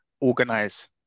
organize